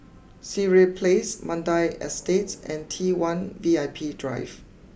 Sireh place Mandai Estate and T one V I P Drive